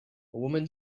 woman